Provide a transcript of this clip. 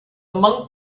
monk